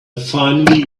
finally